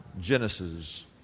Genesis